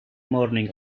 morning